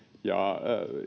ja